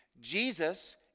Jesus